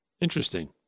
Interesting